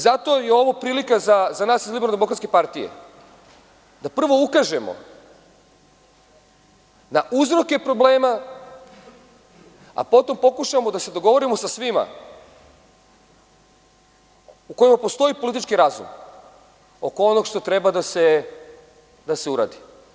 Zato je ovo prilika za nas iz LDP da prvo ukažemo na uzroke problema, pa potom pokušamo da se dogovorimo sa svima u kojima postoji politički razum oko onog što treba da se uradi.